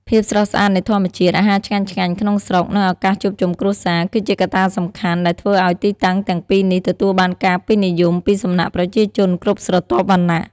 ភាពស្រស់ស្អាតនៃធម្មជាតិ អាហារឆ្ងាញ់ៗក្នុងស្រុក និងឱកាសជួបជុំគ្រួសារ គឺជាកត្តាសំខាន់ដែលធ្វើឲ្យទីតាំងទាំងពីរនេះទទួលបានការពេញនិយមពីសំណាក់ប្រជាជនគ្រប់ស្រទាប់វណ្ណៈ។